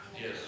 Yes